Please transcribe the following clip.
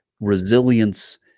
resilience